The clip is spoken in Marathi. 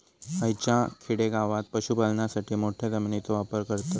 हयच्या खेडेगावात पशुपालनासाठी मोठ्या जमिनीचो वापर करतत